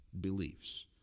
beliefs